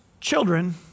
children